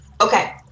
Okay